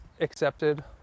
accepted